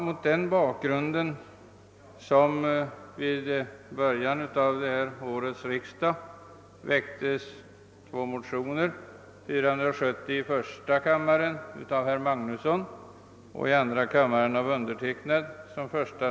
Mot denna bakgrund väcktes i början av detta års riksdag två motioner, 1:470 av herr Magnusson och II: 543 med mitt eget namn som det första.